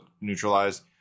neutralized